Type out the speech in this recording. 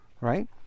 right